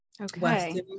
Okay